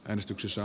äänestyksessä